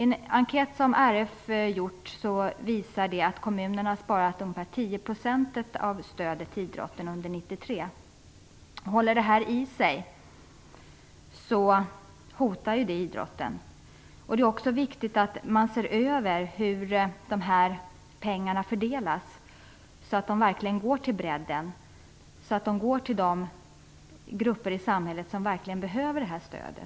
En enkät som RF har gjort visar att kommunerna har sparat ungefär 10 % av stödet till idrotten under 1993. Om detta håller i sig hotas idrotten. Det är också viktigt att se över hur pengarna fördelas. Det gäller ju att det verkligen blir en bredd här, att pengarna går till de grupper i samhället som verkligen behöver detta stöd.